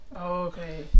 okay